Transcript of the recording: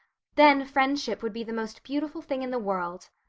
then friendship would be the most beautiful thing in the world.